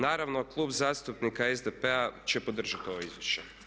Naravno, Kluba zastupnika SDP-a će podržati ovo izvješće.